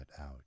out